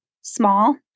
small